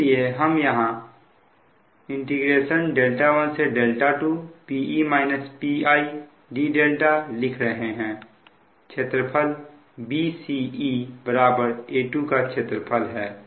इसलिए हम यहां 12 d लिख रहे हैं क्षेत्रफल bce A2 का क्षेत्रफल है